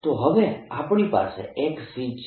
તો હવે આપણી પાસે એક શીટ છે